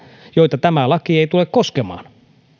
joita tämä laki ei tule koskemaan